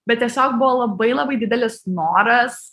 bet tiesiog buvo labai labai didelis noras